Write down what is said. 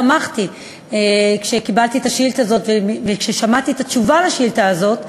שמחתי כשקיבלתי את השאילתה הזאת וכששמעתי את התשובה על השאילתה הזאת,